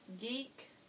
Geek